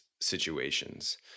situations